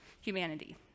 humanity